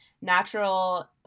natural